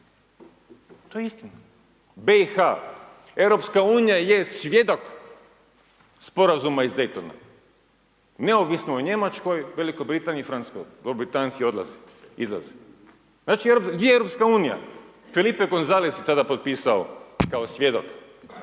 To je istina. BiH, EU je svjedok Sporazuma iz Daytona, neovisno o Njemačkoj, Velikoj Britaniji i Francuskoj, dok Britanci odlaze, izlaze. Znači, gdje je EU, Felipe Gonzales je tada potpisao kao svjedok